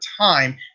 time